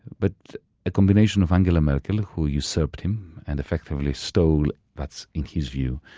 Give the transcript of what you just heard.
but a combination of angela merkel who usurped him and effectively stole, that's in his view,